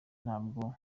ntabwo